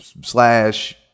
slash